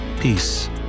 peace